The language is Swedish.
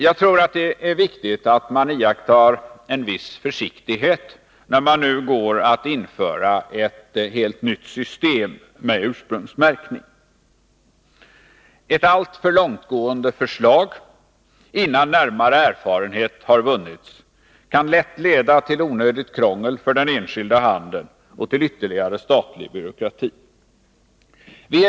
Jag tror det är viktigt att man iakttar en viss försiktighet vid införandet av ett helt nytt system med ursprungsmärkning. Ett alltför långtgående förslag — innan närmare erfarenhet har vunnits — kan lätt leda till onödigt krångel för den enskilda handeln och till ytterligare statlig byråkrati.